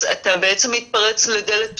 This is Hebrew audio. אז אתה בעצם מתפרץ לדלת פתוחה,